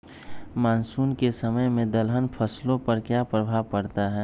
Monsoon के समय में दलहन फसलो पर क्या प्रभाव पड़ता हैँ?